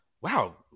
Wow